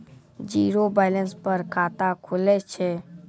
Zero balance पर खाता खुले छै?